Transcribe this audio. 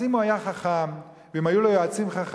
אז אם הוא היה חכם ואם היו לו יועצים חכמים,